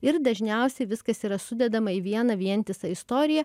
ir dažniausiai viskas yra sudedama į vieną vientisą istoriją